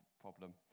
problem